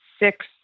Six